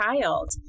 child